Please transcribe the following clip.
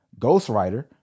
Ghostwriter